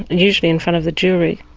usually in front of the jury,